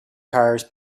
cars